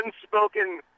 unspoken